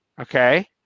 Okay